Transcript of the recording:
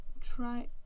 try